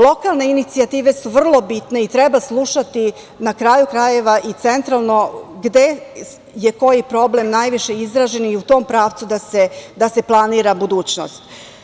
Lokalna inicijative su vrlo bitne i treba slušati, na kraju krajeva i centralno gde je koji problem najviše izražen i u tom pravcu da se planira budućnost.